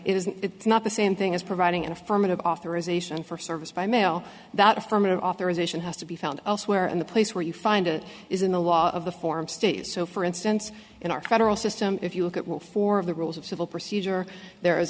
freedom it is not the same thing as providing an affirmative authorization for service by mail that affirmative authorization has to be found elsewhere and the place where you find it is in the law of the form state so for instance in our federal system if you look at what four of the rules of civil procedure there is